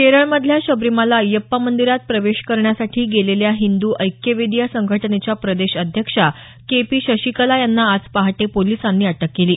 केरळमधल्या शबरीमाला अय्यप्पा मंदिरात प्रवेश करण्यासाठी गेलेल्या हिंद ऐक्य वेदी या संघटनेच्या प्रदेश अध्यक्षा के पी शशिकला यांना आज पहाटे पोलिसांनी अटक केली